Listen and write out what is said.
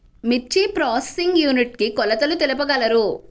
మిర్చి processing unit కి కొలతలు తెలుపగలరు?